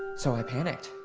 so i panicked.